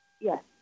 Yes